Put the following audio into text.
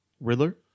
Riddler